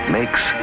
makes